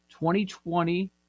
2020